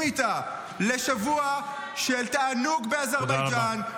איתה לשבוע של תענוג באזרבייג'ן -- תודה רבה.